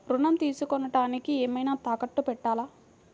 ఋణం తీసుకొనుటానికి ఏమైనా తాకట్టు పెట్టాలా?